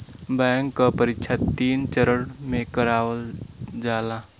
bank क परीक्षा तीन चरण में करावल जाला